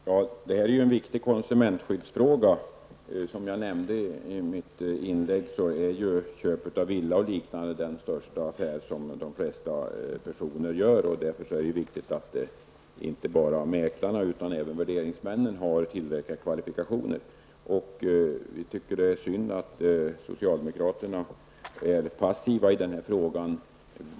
Herr talman! Detta är en viktig konsumentskyddsfråga. Som jag nämnde i mitt inlägg är köp av villa och liknande den största affär som de flesta personer gör. Därför är det viktigt att inte bara mäklarna utan även värderingsmännen har tillräckliga kvalifikationer. Vi tycker att det är synd att socialdemokraterna är passiva i den här frågan.